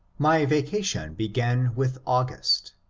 my vacation began with august,